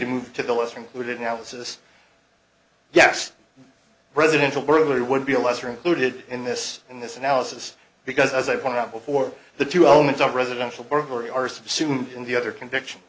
to move to the lesser included analysis yes residential burglary would be a lesser included in this in this analysis because as i pointed out before the two elements of residential burglary arson soon in the other conviction